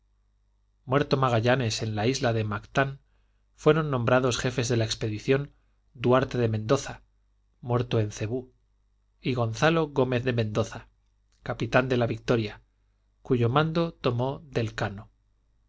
muerto magallanes en la isla de mactán fueron nombrados jefes de la expedición duarte de mendoza muerto en cebú y gonzalo gómez de mendoza capitán de la victoria cuyo mando tomó del cano